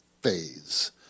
phase